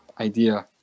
idea